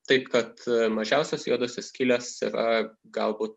taip kad mažiausios juodosios skylės yra galbūt